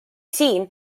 siin